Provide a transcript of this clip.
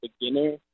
beginner